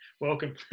Welcome